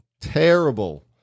terrible